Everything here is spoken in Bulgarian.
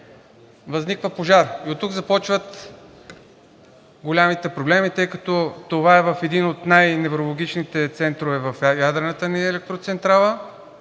Възниква пожар и оттук започват големите проблеми, тъй като това е в един от най-невралгичните центрове в ядрената ни електроцентрала.